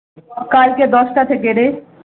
কালকে দশটা থেকে রে